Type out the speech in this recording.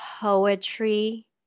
poetry